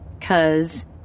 Cause